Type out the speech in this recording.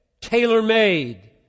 tailor-made